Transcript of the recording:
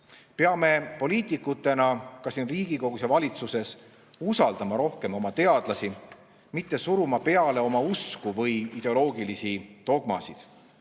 Peame poliitikutena ka siin Riigikogus ja valitsuses usaldama rohkem oma teadlasi, mitte suruma peale oma usku või ideoloogilisi dogmasid.